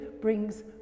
brings